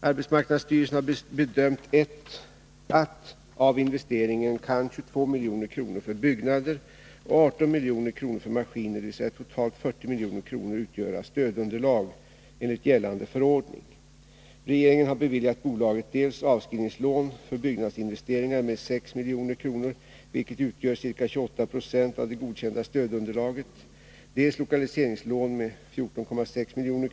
Arbetsmarknadsstyrelsen har bedömt att av investeringen kan 22 milj.kr. för byggnader och 18 milj.kr. för maskiner, dvs. totalt 40 milj.kr., utgöra stödunderlag enligt gällande förordning. Regeringen har beviljat bolaget dels avskrivningslån för byggnadsinvesteringarna med 6 milj.kr., vilket utgör ca 28 90 av det godkända stödunderlaget, dels lokaliseringslån med 14,6 milj .kr.